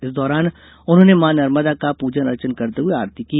इस दौरान उन्होंने मां नर्मदा का पजन अर्चन करते हए आरती की